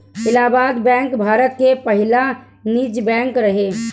Allahabad bank Bharat के पहिला निजी बैंक रहे